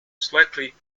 slightly